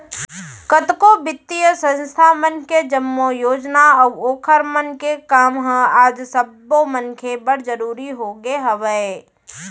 कतको बित्तीय संस्था मन के जम्मो योजना अऊ ओखर मन के काम ह आज सब्बो मनखे बर जरुरी होगे हवय